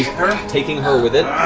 taking her with it,